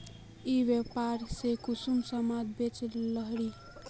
ई व्यापार में कुंसम सामान बेच रहली?